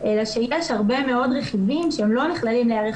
אלא שיש הרבה מאוד רכיבים שהם לא נכללים לערך